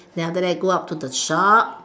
then after that go up to the shop